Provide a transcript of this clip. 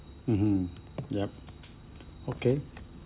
mmhmm yup okay